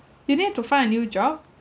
you need to find a new job